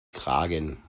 kragen